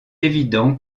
évident